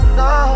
no